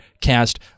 cast